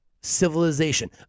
civilization